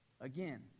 Again